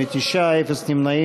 בטיחות בדרכים,